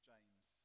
James